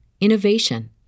innovation